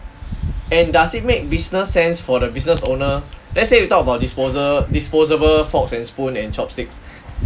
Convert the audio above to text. and does it make business sense for the business owner let's say we talk about disposal disposable forks and spoon and chopsticks